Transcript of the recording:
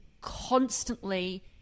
constantly